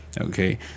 okay